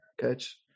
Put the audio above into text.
catch